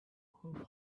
who